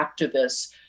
activists